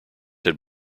had